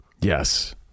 Yes